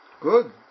Good